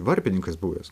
varpininkas buvęs